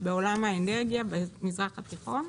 בעולם האנרגיה במזרח התיכון,